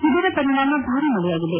ಇದರ ಪರಿಣಾಮ ಭಾರೀ ಮಳೆಯಾಗಿದೆ